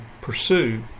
pursue